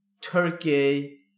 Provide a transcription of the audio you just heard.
Turkey